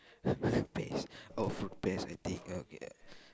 pears oh fruit pears I think oh okay